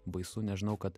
baisu nežinau kad